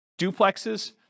duplexes